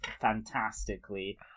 fantastically